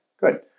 good